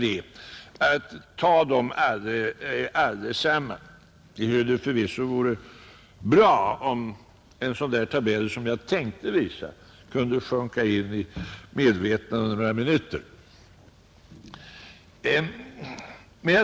Jag tror att det vore bra om denna tabell kunde sjunka in i medvetandet några minuter.